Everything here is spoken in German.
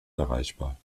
erreichbar